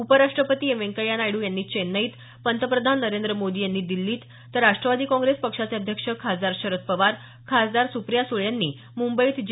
उपराष्ट्रपती एम व्यंकय्या नायडू यांनी चेन्नईत पंतप्रधान नरेंद्र मोदी यांनी दिल्लीत तर राष्ट्रवादी काँग्रेस पक्षाचे अध्यक्ष खासदार शरद पवार खासदार सुप्रिया सुळे यांनी मुंबईत जे